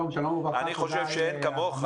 אני חושב שאין כמוך